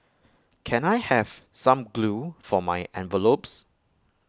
can I have some glue for my envelopes